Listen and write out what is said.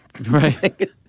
Right